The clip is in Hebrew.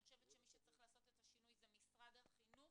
אני חושבת שמי שצריך לעשות את השינוי זה משרד החינוך